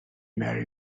marry